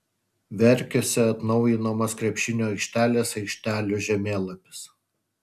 verkiuose atnaujinamos krepšinio aikštelės aikštelių žemėlapis